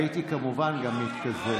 הייתי כמובן גם מתקזז.